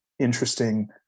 interesting